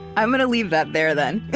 i'm going to leave that there, then